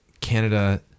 Canada